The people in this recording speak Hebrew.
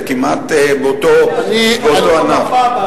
זה כמעט באותו ענף.